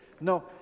No